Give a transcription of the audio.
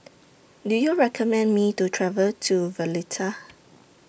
Do YOU recommend Me to travel to Valletta